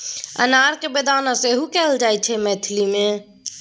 अनार केँ बेदाना सेहो कहल जाइ छै मिथिला मे